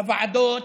בוועדות,